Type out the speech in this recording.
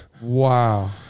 Wow